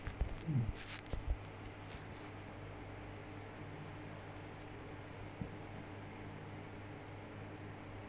mm